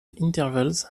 intervals